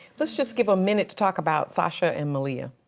let's just give a minute to talk about sasha and malia.